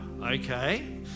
Okay